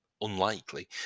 unlikely